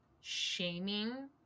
shaming